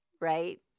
right